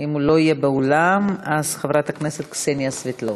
ואם הוא לא יהיה באולם חברת הכנסת קסניה סבטלובה.